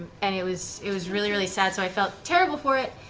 and it was it was really really sad, so i felt terrible for it,